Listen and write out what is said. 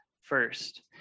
first